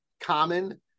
common